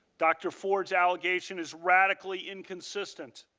dr. ford's allegation is radically inconsistent.